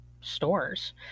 stores